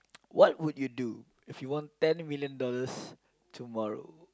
what would you do if you won ten million dollars tomorrow